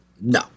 No